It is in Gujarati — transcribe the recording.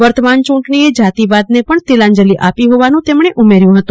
વર્તમાન ચુટણીએ જાતિવાદને પણ તિલાંજલી આપી હોવાન તેમણે ઉમેર્યું હત